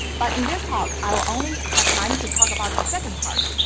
but, in this talk, i will only have time to talk about the second part,